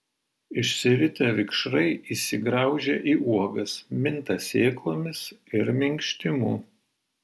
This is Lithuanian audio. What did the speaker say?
išsiritę vikšrai įsigraužia į uogas minta sėklomis ir minkštimu